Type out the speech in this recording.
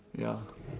ya